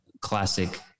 classic